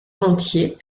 rentier